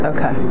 Okay